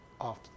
off